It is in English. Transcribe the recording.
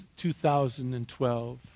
2012